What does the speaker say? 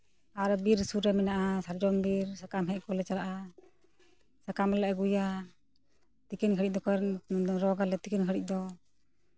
ᱟᱨᱚ ᱵᱤᱨ ᱥᱩᱨ ᱨᱮ ᱢᱮᱱᱟᱜᱼᱟ ᱥᱟᱨᱡᱚᱢ ᱵᱤᱨ ᱥᱟᱠᱟᱢ ᱦᱮᱡᱽ ᱠᱚᱞᱮ ᱪᱟᱞᱟᱜᱼᱟ ᱥᱟᱠᱟᱢᱞᱮ ᱟᱹᱜᱩᱭᱟ ᱛᱤᱠᱤᱱ ᱜᱷᱟᱹᱲᱤᱡ ᱫᱚ ᱨᱚᱜᱽ ᱟᱞᱮ ᱛᱤᱠᱤᱱ ᱜᱷᱟᱹᱲᱤᱡ ᱫᱚ